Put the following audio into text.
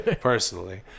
personally